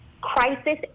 crisis